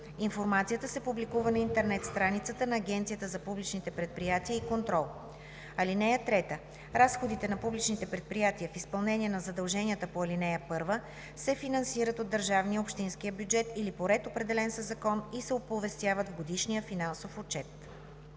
Информацията се публикува на интернет страницата на Агенцията за публичните предприятия и контрол. (3) Разходите на публичните предприятия, в изпълнение на задължения по ал. 1, се финансират от държавния/общинския бюджет или по ред, определен със закон, и се оповестяват в годишния финансов отчет.“